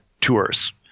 tours